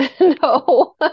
No